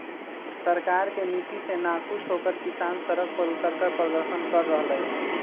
सरकार के नीति से नाखुश होकर किसान सड़क पर उतरकर प्रदर्शन कर रहले है